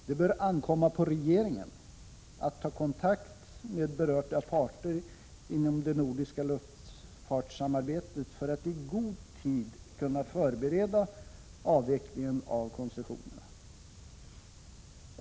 Det bör ankomma på regeringen att ta kontakt med berörda parter inom det nordiska luftfartssamarbetet, för att i god tid kunna förbereda avvecklingen av koncessionerna.